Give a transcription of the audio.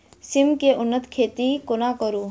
सिम केँ उन्नत खेती कोना करू?